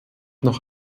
noch